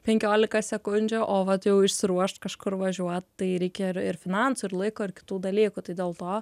penkiolika sekundžių o vat jau išsiruošt kažkur važiuot tai reikia ir ir finansų ir laiko ir kitų dalykų tai dėl to